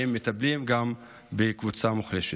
למרות שהם מטפלים גם בקבוצה מוחלשת.